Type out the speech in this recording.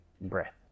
breath